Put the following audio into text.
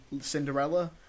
Cinderella